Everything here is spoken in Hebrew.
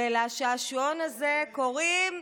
ולשעשועון הזה קוראים: